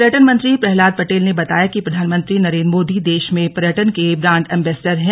पर्यटन मंत्री प्रह्लाद पटेल ने बताया कि प्रधानमंत्री नरेंद्र मोदी देश में पर्यटन के ब्रांड एंबैसडर हैं